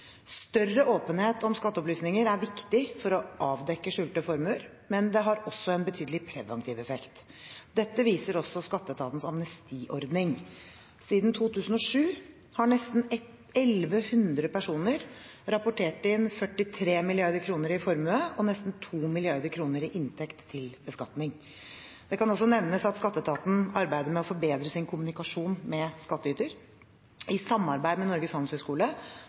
Større åpenhet om skatteopplysninger er viktig for å avdekke skjulte formuer, men det har også en betydelig preventiv effekt. Dette viser også Skatteetatens amnestiordning. Siden 2007 har nesten 1 100 personer rapportert inn 43 mrd. kr i formue og nesten 2 mrd. kr i inntekt til beskatning. Det kan også nevnes at Skatteetaten arbeider med å forbedre sin kommunikasjon med skattyter. I samarbeid med Norges Handelshøyskole